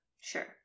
Sure